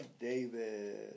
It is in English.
David